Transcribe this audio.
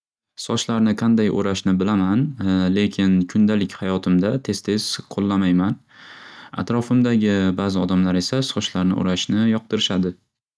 Sochlarni qanday o'rashni bilaman lekin kundalik hayotimda tez tez qo'llamayman. Atrofimdagi bazi odamlar esa sochlarni o'rashni yoqtirishadi.